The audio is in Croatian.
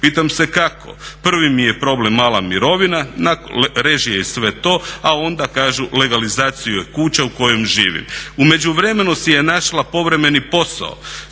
Pitam se kako. Prvi mi je problem mala mirovina na režije i sve to a onda kažu legalizacije kuće u kojoj živim. U međuvremenu si je našla povremeni posao,